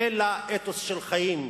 אלא אתוס של חיים.